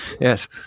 yes